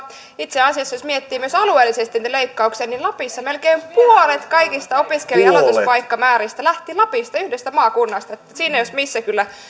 itse asiassa jos miettii myös alueellisesti niitä leikkauksia niin melkein puolet kaikista opiskelijoiden aloituspaikkamääristä lähti lapista yhdestä maakunnasta että siinä jos missä kyllä